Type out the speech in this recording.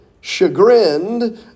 chagrined